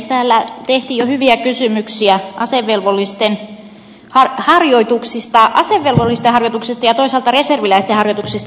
täällä tehtiin jo hyviä kysymyksiä asevelvollisten harjoituksista ja toisaalta reserviläisten harjoituksista